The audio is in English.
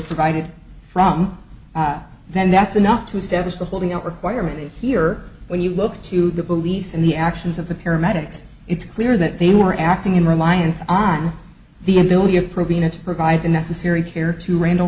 provided from then that's enough to establish the holding out requirement here when you look to the police and the actions of the paramedics it's clear that they were acting in reliance on the ability of probing provide the necessary care to randall